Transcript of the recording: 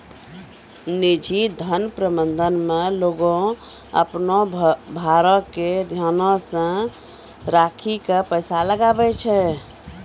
निजी धन प्रबंधन मे लोगें अपनो भारो के ध्यानो मे राखि के पैसा लगाबै छै